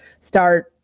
start